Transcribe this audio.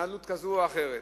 בהתנהלות כזאת או אחרת.